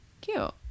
cute